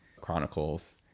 chronicles